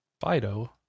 Fido